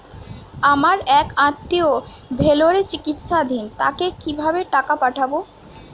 আমার এক আত্মীয় ভেলোরে চিকিৎসাধীন তাকে কি ভাবে টাকা পাঠাবো?